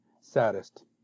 saddest